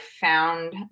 found